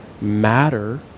matter